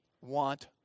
want